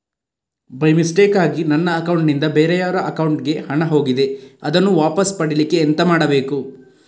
By ಮಿಸ್ಟೇಕಾಗಿ ನನ್ನ account ನಿಂದ ಬೇರೆಯವರ ಅಕೌಂಟ್ ಗೆ ಹಣ ಹೋಗಿದೆ ಅದನ್ನು ವಾಪಸ್ ಪಡಿಲಿಕ್ಕೆ ಎಂತ ಮಾಡಬೇಕು?